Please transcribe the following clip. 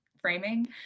framing